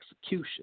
execution